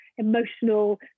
emotional